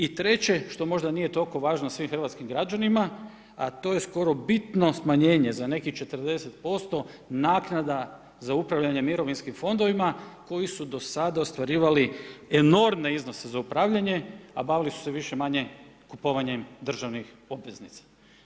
I treće što možda nije toliko važno svim hrvatskim građanima a to je skoro bitno smanjenje za nekih 40% naknada za upravljanje mirovinskim fondovima koji su do sada ostvarivali enormne iznose za upravljanje a bavili su se više-manje kupovanjem državnih obveznica.